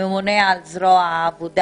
הממונה על זרוע העבודה